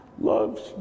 loves